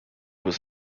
was